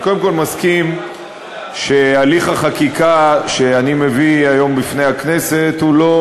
אני קודם כול מסכים שהליך החקיקה שאני מביא היום בפני הכנסת הוא לא